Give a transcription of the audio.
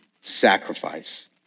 sacrifice